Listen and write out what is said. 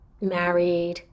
married